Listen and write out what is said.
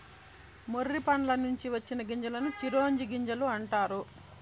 మొర్రి పండ్ల నుంచి వచ్చిన గింజలను చిరోంజి గింజలు అంటారు